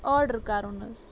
order کَرُن حظ